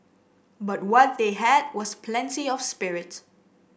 but what they had was plenty of spirit